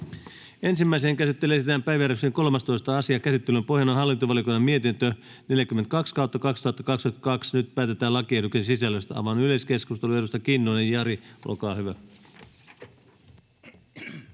Ensimmäiseen käsittelyyn esitellään päiväjärjestyksen 13. asia. Käsittelyn pohjana on hallintovaliokunnan mietintö HaVM 42/2022 vp. Nyt päätetään lakiehdotuksen sisällöstä. — Avaan yleiskeskustelun. Edustaja Kinnunen, Jari, olkaa hyvä.